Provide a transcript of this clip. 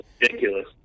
Ridiculous